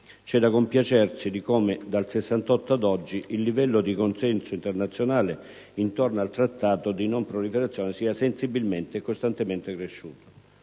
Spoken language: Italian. C'è da compiacersi di come, dal 1968 ad oggi, il livello di consenso internazionale intorno al Trattato di non proliferazione sia sensibilmente e costantemente cresciuto.